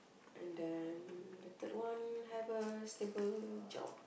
and then the third one have a stable job